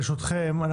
ברשותכם,